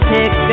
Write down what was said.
Pick